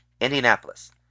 Indianapolis